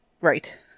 Right